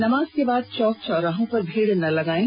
नमाज के बाद चौक चौराहों पर भीड़ न लगायें